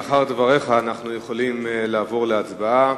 לאחר דבריך אנחנו יכולים לעבור להצבעה.